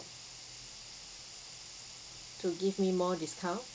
to give me more discount